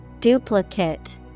Duplicate